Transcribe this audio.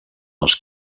els